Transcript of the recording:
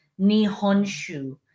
Nihonshu